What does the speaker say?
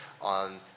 on